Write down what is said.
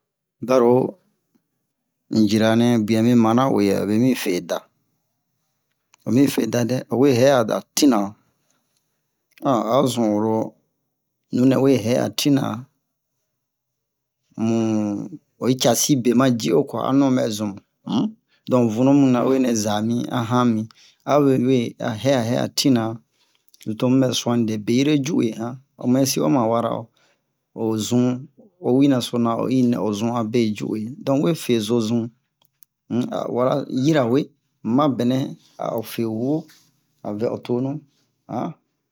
baro un jira nɛ buwɛ mɛ mana u'e yɛ obe mi daa omi fe daabe owe hɛ'a da tinna a o zun oro nunɛ we hɛ'a tinna mu oyi casi be maji o kuwa a nun bɛ zunmu um donc vunu muna u'e nɛ za min a han min a obe we a hɛ'a hɛ'a tinna tomu bɛ suwani dɛ beyi-re ju u'e ho muyɛsi o ma wara o o zun howi nasona o'i nɛ o zun a be yiju u'e donc we fe so zun um a o wara hirawe mabɛnɛ a o fe huwo a o vɛ o tonu